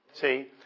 See